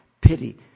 pity